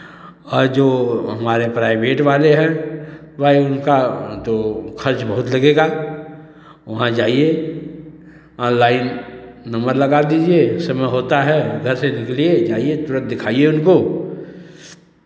जो हमारे प्राइभेट वाले है भाई उनका जो खर्च बहुत लगेगा वहाँ जाइए लाइन नंबर लगा दीजिये उस सब में होता है घर से निकलिये जाइए तुरंत दिखाइए उनको